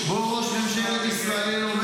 מה אם רוצים ממנה?